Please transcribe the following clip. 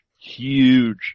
huge